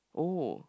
oh